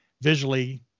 visually